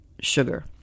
sugar